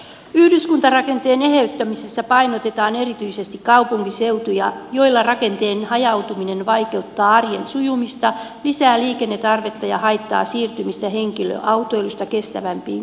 yhdyskuntarakenteen eheyttämisessä painotetaan erityisesti kaupunkiseutuja joilla rakenteen hajautuminen vaikeuttaa arjen sujumista lisää liikennetarvetta ja haittaa siirtymistä henkilöautoilusta kestävämpiin kulkumuotoihin